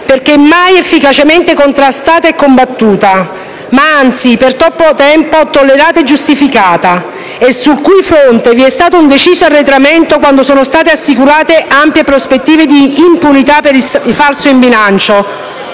perché mai efficacemente contrastata e combattuta, ma anzi per troppo tempo tollerata e giustificata» e sul cui fronte vi è stato un «deciso arretramento quando sono state assicurate ampie prospettive di impunità per il falso in bilancio»;